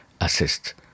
assist